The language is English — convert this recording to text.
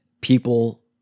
people